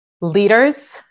leaders